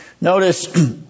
Notice